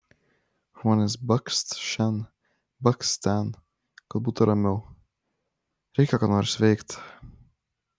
žmonės bakst šen bakst ten kad būtų ramiau reikia ką nors veikti